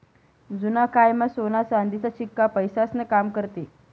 जुना कायमा सोना चांदीचा शिक्का पैसास्नं काम करेत